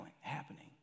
happening